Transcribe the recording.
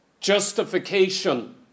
justification